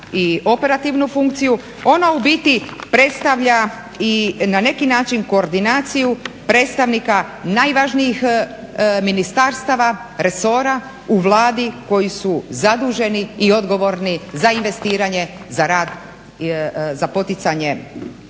i operativnu funkciju ona u biti predstavlja i na neki način koordinaciju predstavnika najvažnijih ministarstava resora u Vladi koji su zaduženi i odgovorni za investiranje, za rad, za poticanje